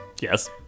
Yes